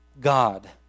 God